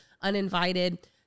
uninvited